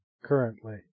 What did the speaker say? Currently